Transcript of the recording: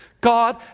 God